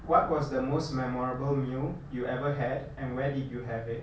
what was the most memorable meal you ever had and where did you have it